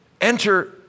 Enter